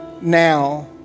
now